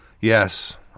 Yes